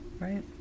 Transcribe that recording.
Right